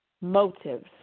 Motives